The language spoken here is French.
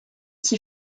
qui